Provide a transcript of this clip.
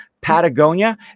Patagonia